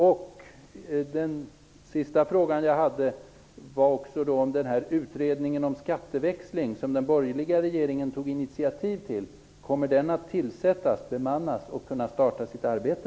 Min sista fråga gällde utredningen om skatteväxling, som den borgerliga regeringen tog initiativ till. Kommer den att inrättas, bemannas och kunna starta sitt arbete?